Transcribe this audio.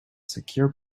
secure